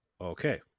okay